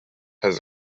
has